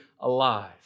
alive